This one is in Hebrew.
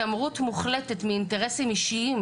התעמרות מוחלטת מאינטרסים אישיים,